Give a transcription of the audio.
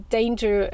danger